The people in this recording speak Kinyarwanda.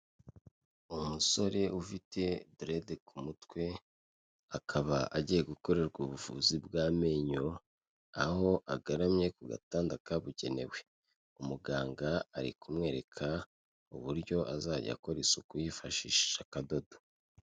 Umusore ufite derede ku mutwe, akaba agiye gukorerwa ubuvuzi bw'amenyo, aho agaramye ku gatanda kabugenewe. Umuganga ari kumwereka uburyo, azajya akora isuku yifashishije akadodo.